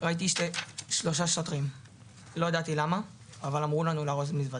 ראיתי שלושה שוטרים ולא ידעתי למה אבל אמרו לנו לארוז מזוודה.